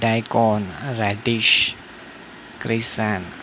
daikon radish क्रेसॅन